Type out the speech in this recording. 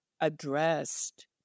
addressed